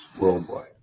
worldwide